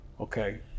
okay